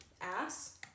Ass